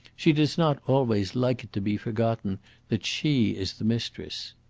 she does not always like it to be forgotten that she is the mistress.